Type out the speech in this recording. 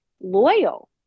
loyal